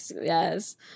yes